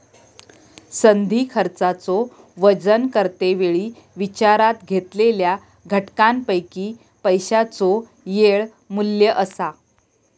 संधी खर्चाचो वजन करते वेळी विचारात घेतलेल्या घटकांपैकी पैशाचो येळ मू्ल्य असा